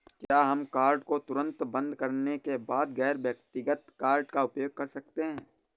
क्या हम कार्ड को तुरंत बंद करने के बाद गैर व्यक्तिगत कार्ड का उपयोग कर सकते हैं?